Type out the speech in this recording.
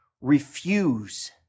Refuse